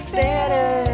better